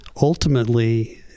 ultimately